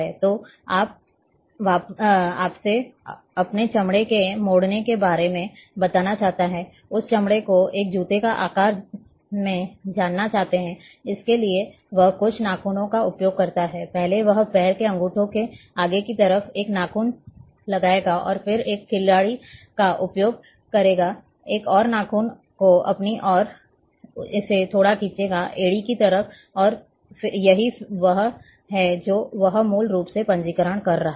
तो अब वह आपसे अपने चमड़े के मोड़ने के बारे में बताना चाहता है उस चमड़े को एक जूते के आकार में जानना चाहता है इसके लिए वह कुछ नाखूनों का उपयोग करता है पहले वह पैर के अंगूठे में आगे की तरफ एक नाखून लगाएगा और फिर एक खिलाड़ी का उपयोग करेगा एक और नाखून को अपनी और इसे थोड़ा खींचेगा एड़ी की तरफ और यही वह है जो वह मूल रूप से पंजीकरण कर रहा है